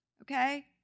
Okay